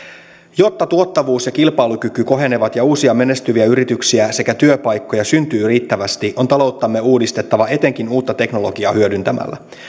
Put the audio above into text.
jotta tuottavuus ja kilpailukyky kohenevat ja uusia menestyviä yrityksiä sekä työpaikkoja syntyy riittävästi on talouttamme uudistettava etenkin uutta teknologiaa hyödyntämällä